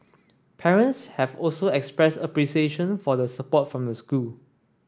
parents have also expressed appreciation for the support from the school